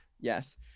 yes